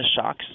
shocks